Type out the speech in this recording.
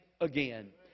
again